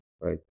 right